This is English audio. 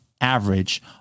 average